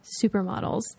supermodels